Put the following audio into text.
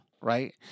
right